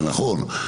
זה נכון,